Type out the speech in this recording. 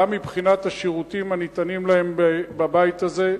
גם מבחינת השירותים הניתנים להם בבית הזה,